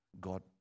God